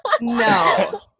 No